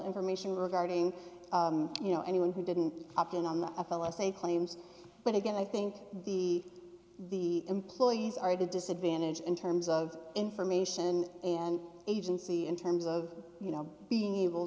information regarding you know anyone who didn't opt in on the appeal i say claims but again i think the the employees are at a disadvantage in terms of information and agency in terms of you know being able